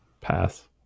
Pass